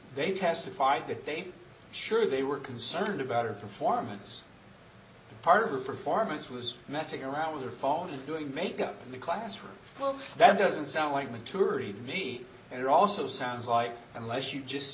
they testified that they sure they were concerned about her performance part of her performance was messing around with your phone and doing makeup in the classroom well that doesn't sound like maturity to me and it also sounds like unless you just